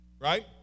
right